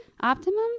optimum